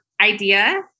idea